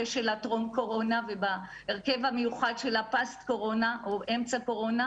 שלה טרום קורונה ובהרכב המיוחד שלה אמצע קורונה,